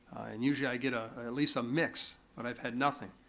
and usually i get ah ah at least a mix, but i've had nothing.